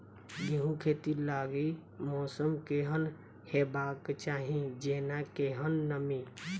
गेंहूँ खेती लागि मौसम केहन हेबाक चाहि जेना केहन नमी?